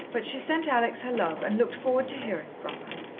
but she sent alex her love and looked forward to hearing from her.